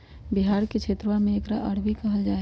बिहार के क्षेत्रवा में एकरा अरबी कहल जाहई